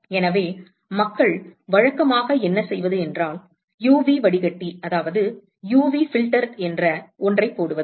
எனவே மக்கள் வழக்கமாக என்ன செய்வது UV வடிகட்டி என்று ஒன்றைப் போடுவது